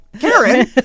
Karen